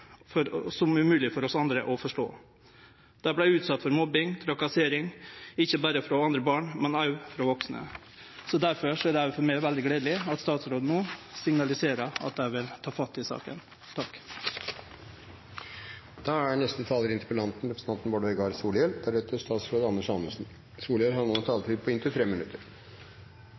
for oss andre å forstå. Dei vart utsette for mobbing og trakassering, ikkje berre frå andre barn, men også frå vaksne. Derfor er det òg for meg veldig gledeleg at statsråden signaliserer at ein vil ta fatt i saka. Eg trur vi kan gjere det så kort som å seie at eg